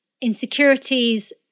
insecurities